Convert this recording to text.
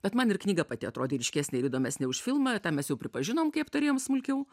bet man ir knyga pati atrodė ryškesnė ir įdomesnė už filmą tą mes jau pripažinom kai aptarinėjom smulkiau